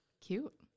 Cute